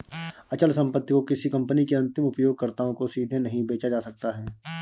अचल संपत्ति को किसी कंपनी के अंतिम उपयोगकर्ताओं को सीधे नहीं बेचा जा सकता है